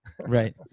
Right